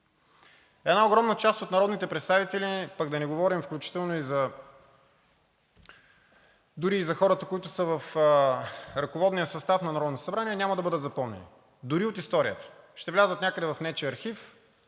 Една огромна част от народните представители, пък да не говорим, включително дори и за хората, които са в ръководния състав на Народното събрание, няма да бъдат запомнени дори и от историята. Ще влязат някъде в нечий архив,